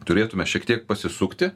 turėtume šiek tiek pasisukti